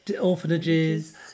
orphanages